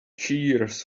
cheers